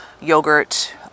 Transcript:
yogurt